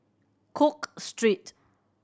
Cook Street